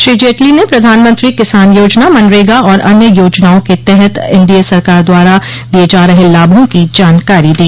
श्री जेटली ने प्रधानमंत्री किसान योजना मनरेगा और अन्य योजनाओं के तहत एनडीए सरकार द्वारा दिए जा रहे लाभों की जानकारी दी